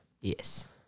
Yes